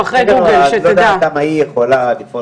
אני לא יודע עד כמה היא יכולה להשיב.